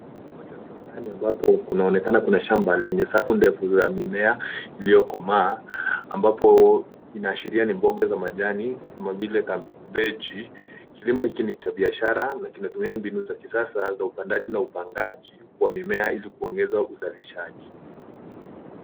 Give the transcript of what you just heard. Kituo cha viwandani ambapo kunaonekana kuna shamba lenye safu ndefu za mimea iliyokomaa ambapo inaashiria ni mboga za majani kama vile kabeji kilimo hiki ni cha biashara na kinatumia mbinu za kisasa za upandaji na upangaji wa mimea ili kuongeza uzalisaji.